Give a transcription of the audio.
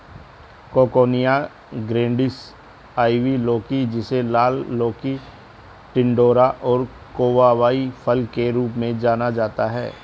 coccinia grandis, ivy लौकी, जिसे लाल लौकी, टिंडोरा और कोवाई फल के रूप में भी जाना जाता है